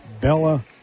Bella